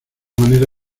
manera